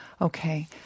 Okay